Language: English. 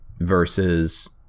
versus